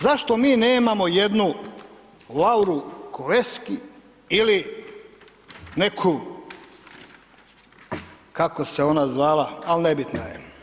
Zašto mi nemamo jednu Lauru Kövesi ili neku, kako se ona zvala, ali nebitna je.